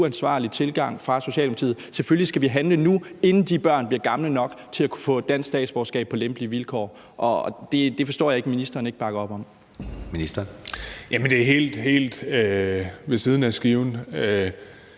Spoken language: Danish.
helt, helt ved siden af skiven.